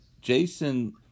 Jason